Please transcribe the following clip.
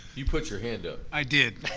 you put your hand up. i did.